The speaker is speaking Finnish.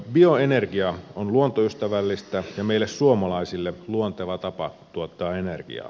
bioenergia on luontoystävällistä ja meille suomalaisille luonteva tapa tuottaa energiaa